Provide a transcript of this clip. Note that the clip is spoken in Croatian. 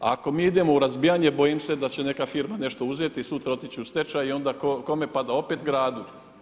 A ako mi idemo u razbijanje, bojim se da će neka firma nešto uzeti i sutra otići u stečaj i onda kome pada, opet gradu.